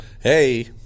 hey